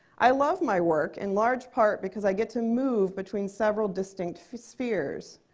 i love my work in large part because i get to move between several distinct spheres,